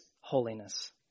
holiness